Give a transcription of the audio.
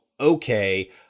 okay